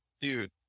dude